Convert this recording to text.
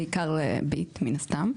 בעיקר "ביט" מן הסתם.